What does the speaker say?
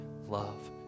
love